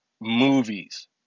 movies